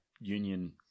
union